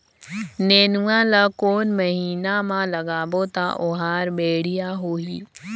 नेनुआ ला कोन महीना मा लगाबो ता ओहार बेडिया होही?